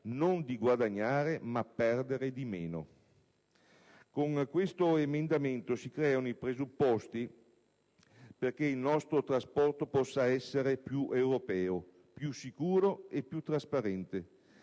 non di guadagnare, ma di perdere di meno. Con questo emendamento si creano i presupposti perché il nostro trasporto possa essere più europeo, più sicuro e più trasparente.